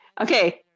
Okay